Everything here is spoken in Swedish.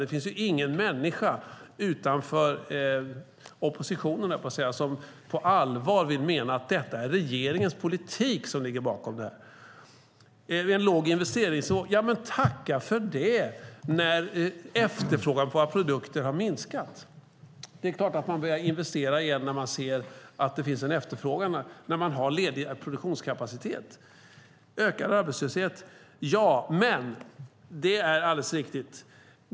Det finns ingen människa utanför oppositionen, höll jag på att säga, som på allvar vill mena att det är regeringens politik som ligger bakom detta. Det är en låg investeringsnivå. Ja, men tacka för det när efterfrågan på våra produkter har minskat! Det är klart att man börjar investera igen när man ser att det finns en efterfrågan, när man har ledig produktionskapacitet. Ökad arbetslöshet - ja, det är alldeles riktigt.